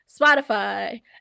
Spotify